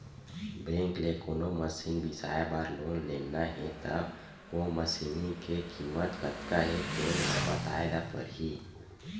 bank ले कोनो machine बिसाए बर लोन लेना हे त ओ मसीनी के कीमत कतका हे तेन ल बताए ल परही